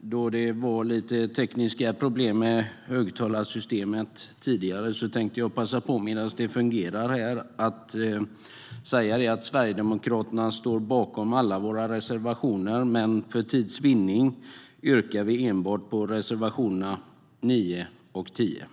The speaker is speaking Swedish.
Då det tidigare var lite tekniska problem med högtalarsystemet tänker jag medan det fungerar passa på att säga att vi sverigedemokrater står bakom alla våra reservationer, men för tids vinnande yrkar vi bifall enbart till reservationerna 9 och 10.